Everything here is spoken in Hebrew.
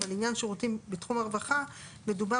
אבל לעניין שירותים בתחום הרווחה מדובר